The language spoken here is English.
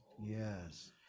Yes